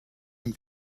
and